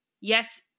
yes